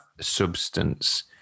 substance